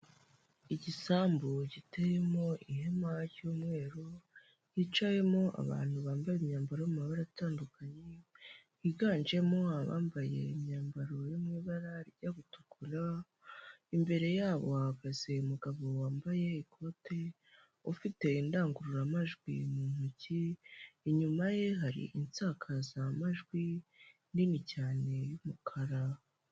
Igisambu giteyemo ihema cy'umweru hicayemo abantu bambaye imyambaro yo mu mamabara atandukanye, higanjemo abambaye imyambaro yo mu ibara rijya gutukura, imbere yabo hahagaze umugabo wambaye ikote ufite indangururamajwi mu ntoki, inyuma ye hari insakazamajwi nini cyane y'umukara.